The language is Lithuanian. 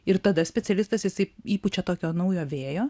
ir tada specialistas jisai įpučia tokio naujo vėjo